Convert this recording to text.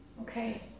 Okay